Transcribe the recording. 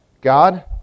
God